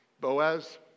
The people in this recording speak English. Boaz